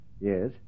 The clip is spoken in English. yes